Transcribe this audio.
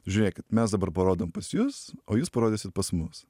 žiūrėkit mes dabar parodom pas jus o jūs parodysit pas mus